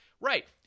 right